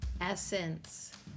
Essence